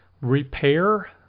Repair